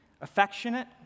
affectionate